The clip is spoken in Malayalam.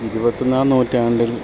ഇരുപത്തി ഒന്നാം നൂറ്റാണ്ടിൽ